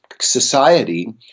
society